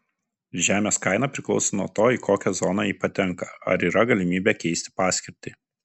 žemės kaina priklauso nuo to į kokią zoną ji patenka ar yra galimybė keisti paskirtį